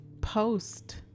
Post